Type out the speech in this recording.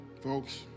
Folks